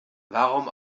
warum